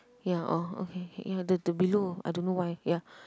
ya uh okay ya the the below I don't know why ya